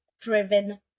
driven